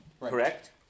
correct